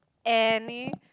any